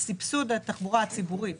לסבסוד התחבורה הציבורית